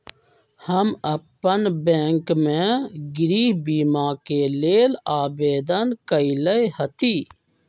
हम अप्पन बैंक में गृह बीमा के लेल आवेदन कएले हति